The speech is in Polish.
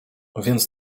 więc